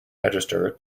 register